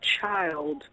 child